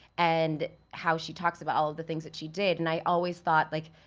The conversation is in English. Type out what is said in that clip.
and how she talks about all of the things that she did, and i always thought like,